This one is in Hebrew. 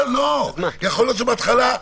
יכול להיות שבהתחלה,